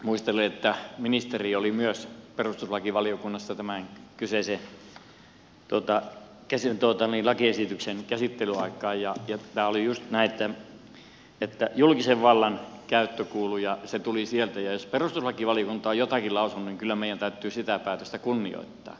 muistelen että ministeri oli myös perustuslakivaliokunnassa tämän kyseisen lakiesityksen käsittelyn aikaan ja tämä oli juuri näin että julkisen vallan käyttö kuuluu se tuli sieltä ja jos perustuslakivaliokunta on jotakin lausunut niin kyllä meidän täytyy sitä päätöstä kunnioittaa